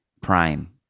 prime